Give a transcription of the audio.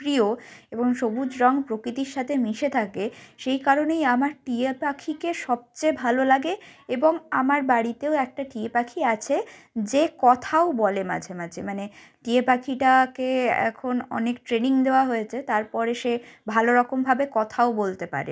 প্রিয় এবং সবুজ রঙ প্রকৃতির সাথে মিশে থাকে সেই কারণেই আমার টিয়ে পাখিকে সবচেয়ে ভালো লাগে এবং আমার বাড়িতেও একটা টিয়ে পাখি আছে যে কথাও বলে মাঝে মাঝে মানে টিয়ে পাখিটাকে এখন অনেক ট্রেনিং দেওয়া হয়েছে তার পরে সে ভালো রকমভাবে কথাও বলতে পারে